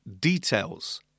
details